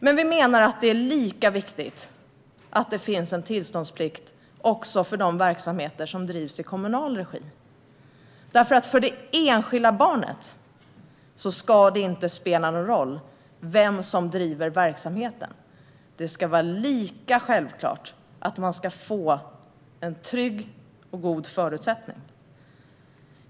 Men vi menar att det är lika viktigt att det finns en tillståndsplikt också för de verksamheter som drivs i kommunal regi. För det enskilda barnet ska det inte spela någon roll vem som driver verksamheten. Det ska vara lika självklart att man får trygga och goda förutsättningar.